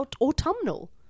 autumnal